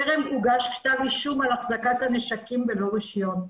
טרם הוגש כתב אישום על החזקת הנשקים בלא רישיון.